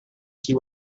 see